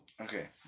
Okay